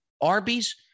Arby's